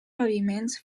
paviments